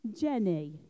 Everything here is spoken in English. Jenny